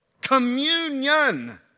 Communion